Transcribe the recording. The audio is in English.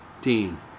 Dean